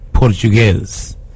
Portuguese